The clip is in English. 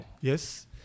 yes